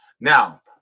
now